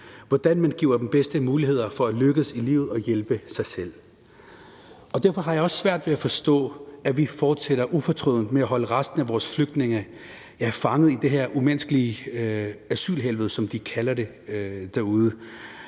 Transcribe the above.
hvordan man giver dem de bedste muligheder for at lykkes i livet og hjælpe sig selv. Derfor har jeg også svært ved at forstå, at vi fortsætter ufortrødent med at holde resten af vores flygtninge fanget i det her umenneskelige asylhelvede, som de kalder det derude,